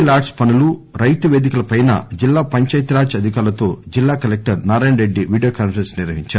LADS పనులు రైతు వేదికల పై జిల్లా పంచాయతీ రాజ్ అధికారులతో జిల్లా collector Narayana Reddy video conference నిర్వహించారు